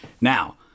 Now